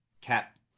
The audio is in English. cap